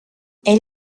elle